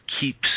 keeps